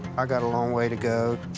i got a long way to go.